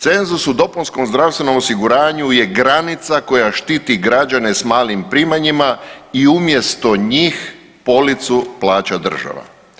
Cenzus u dopunskom zdravstvenom osiguranju je granica koja štiti građane s malim primanjima i umjesto njih policu plaća država.